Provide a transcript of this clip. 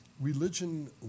religion